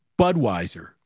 Budweiser